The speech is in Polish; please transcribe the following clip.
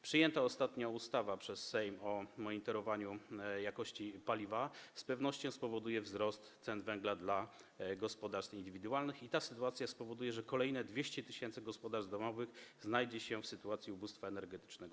Przyjęta ostatnio przez Sejm ustawa o monitorowaniu jakości paliw z pewnością spowoduje wzrost cen węgla dla gospodarstw indywidualnych i ta sytuacja spowoduje, że kolejne 200 tys. gospodarstw domowych znajdzie się w sytuacji ubóstwa energetycznego.